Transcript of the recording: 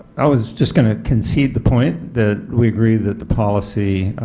i was just going to concede the point that we agreed that the policy,